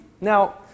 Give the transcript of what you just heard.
Now